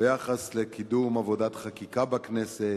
ביחס לקידום עבודת חקיקה בכנסת,